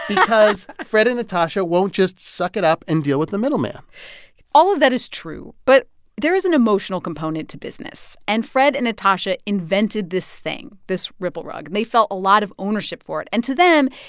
because fred and natasha won't just suck it up and deal with the middleman all of that is true, but there is an emotional component to business. and fred and natasha invented this thing, this ripple rug. and they felt a lot of ownership for it. and to them,